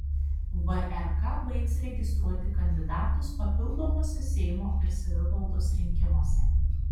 vrk baigs registruoti kandidatus papildomuose seimo ir savivaldos rinkimuose